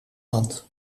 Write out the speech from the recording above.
land